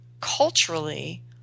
culturally